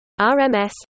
RMS